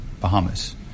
Bahamas